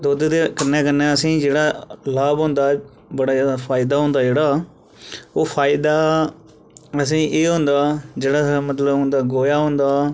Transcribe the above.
दुद्ध दे कन्नै कन्नै असें लाभ होंदा ऐ बड़ा ज्यादा फायदा होंदा जेहड़ा ओह् फायदा असें गी एह् होंदा जेहड़ा साढ़ा मतलब उं'दा गोहा होंदा